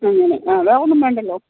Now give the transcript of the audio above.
അങ്ങനെ ആ വേറൊന്നും വേണ്ടല്ലോ